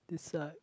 decide